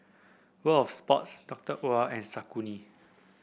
World Of Sports Doctor Oetker and Saucony